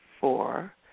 four